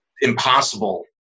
impossible